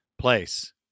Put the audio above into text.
place